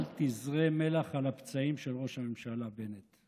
אל תזרה מלח על הפצעים של ראש הממשלה בנט.